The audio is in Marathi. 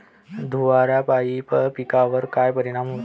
धुवारापाई पिकावर का परीनाम होते?